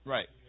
Right